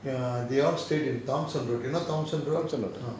ya they all stay in thomson road you know thomson road